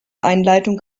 einleitung